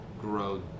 grow